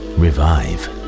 revive